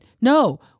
No